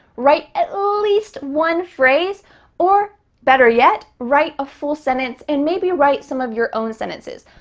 write at least one phrase or better yet, write a full sentence and maybe write some of your own sentences.